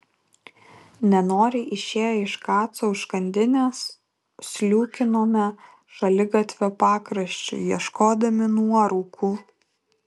nenoriai išėję iš kaco užkandinės sliūkinome šaligatvio pakraščiu ieškodami nuorūkų